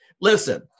Listen